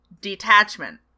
Detachment